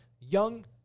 young